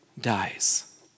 dies